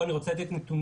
פה אני רוצה לתת נתונים,